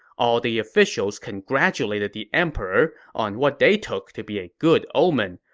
all the officials congratulated the emperor on what they took to be a good omen,